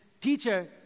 teacher